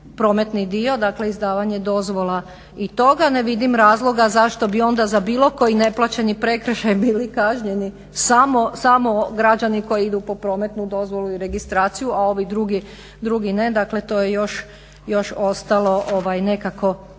ovaj dio, dakle izdavanje dozvola i toga. Ne vidim razloga zašto bi onda za bilo koji neplaćeni prekršaj bili kažnjeni samo građani koji idu po prometnu dozvolu i registraciju, a ovi drugi ne. Dakle to je još ostalo nekako